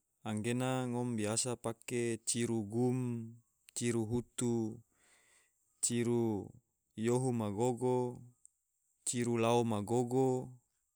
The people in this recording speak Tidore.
Anggena ngom biasa pake ciru gum, ciru hutu, ciru yohu ma gogo, ciru lao ma gogo